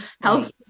health